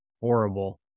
Horrible